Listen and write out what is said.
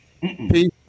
peace